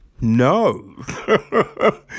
no